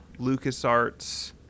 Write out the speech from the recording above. LucasArts